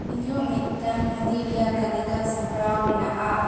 ᱤᱧᱟᱹᱜ ᱢᱤᱫᱽᱴᱟᱝ ᱢᱩᱫᱤ ᱨᱮᱭᱟᱜ ᱛᱟᱹᱞᱤᱠᱟ ᱥᱟᱯᱲᱟᱣ ᱢᱮᱱᱟᱜ ᱟ